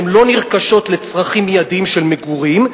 הן לא נרכשות לצרכים מיידיים של מגורים,